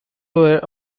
were